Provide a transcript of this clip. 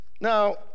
Now